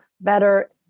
better